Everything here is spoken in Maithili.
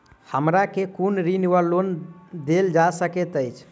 हमरा केँ कुन ऋण वा लोन देल जा सकैत अछि?